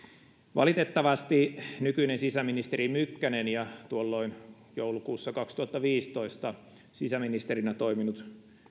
valitettavasti nykyinen sisäministeri mykkänen ja tuolloin joulukuussa kaksituhattaviisitoista sisäministerinä toiminut